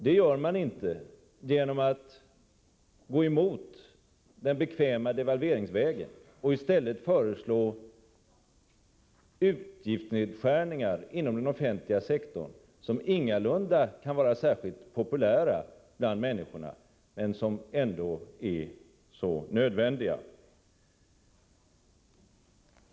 Det gör man inte genom att gå emot det bekväma devalveringsgreppet och i stället föreslå utgiftsnedskärningar inom den offentliga sektorn, som ingalunda kan vara särskilt populära bland människorna men som ändå är så nödvändiga.